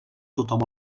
tothom